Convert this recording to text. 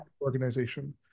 Organization